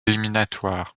éliminatoires